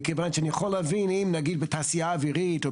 מכיוון שאני יכול להבין אם נגיד בתעשייה אווירית או